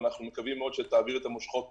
ואנחנו מקווים מאוד שתעביר את המושכות